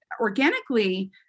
organically